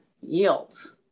yield